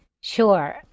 Sure